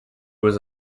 was